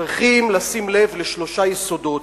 אנחנו צריכים לשים לב לשלושה יסודות,